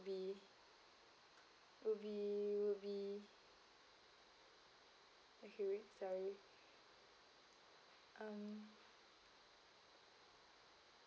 be would be would be okay wait sorry um